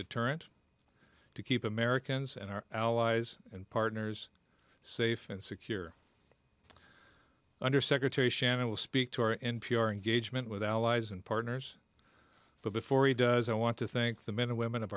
deterrent to keep americans and our allies and partners safe and secure under secretary shannon will speak to our n p r and gauge went with allies and partners but before he does i want to thank the men and women of